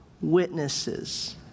witnesses